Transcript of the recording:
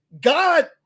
God